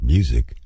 Music